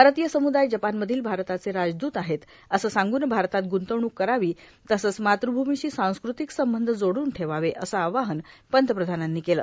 भारतीय समूदाय जपानमधील भारताचे राजदूत आहेत असे सांगून भारतात गुंतवणूक करावी तसेच मातृभूमीशी सांस्कृतिक संबंध जोडून ठेवावे असे आवाहन पंतप्रधानांनी केले